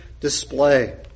display